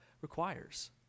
requires